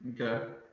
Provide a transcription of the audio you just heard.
Okay